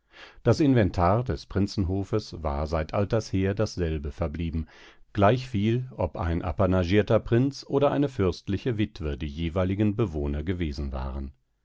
das inventar des prinzenhofes war seit alters her dasselbe verblieben gleichviel ob ein apanagierter prinz oder eine fürstliche witwe die jeweiligen bewohner gewesen waren